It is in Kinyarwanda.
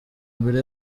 mbere